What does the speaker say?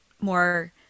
more